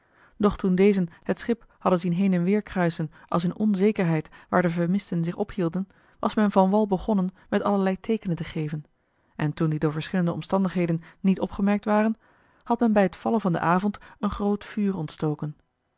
doch toen dezen het schip hadden zien heen en weer kruisen als in onzekerheid waar de vermisten zich ophielden was men van wal begonnen met allerlei teekenen te geven en toen die door verschillende omstandigheden niet opgemerkt waren had men bij t vallen van den avond een groot vuur ontstoken